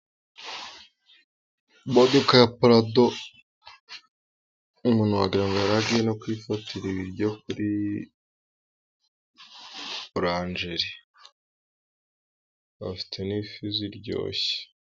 Imodoka ya Parado umuntu waiarango yari agiye kwifatira Ibero kuri buranjeri. Bafite n'ifi ziryoshye.